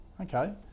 okay